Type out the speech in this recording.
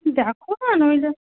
দেখো না নইলে